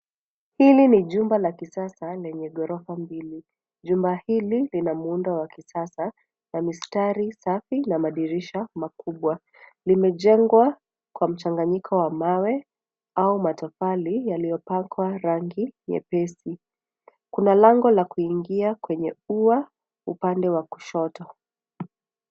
Hili ni jumba la kisasa lenye ghorofa mbili. Jumba hili lina muundo wa kisasa na mistari safi na madirisha makubwa. Limejengwa kwa mchanganyiko wa mawe au matofali yaliyopakwa rangi nyepesi. Kuna lango la kuingia kwenye ua upande wa kushoto.